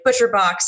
Butcherbox